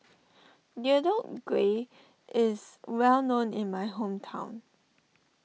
Deodeok Gui is well known in my hometown